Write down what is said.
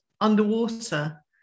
underwater